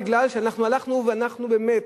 מפני שאנחנו הלכנו, ואנחנו באמת